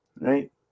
right